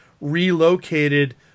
relocated